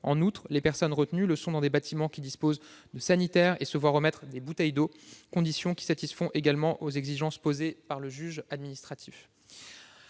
En outre, les personnes retenues le sont dans des bâtiments qui disposent de sanitaires et se voient remettre des bouteilles d'eau, conditions qui satisfont également aux exigences posées par le juge administratif.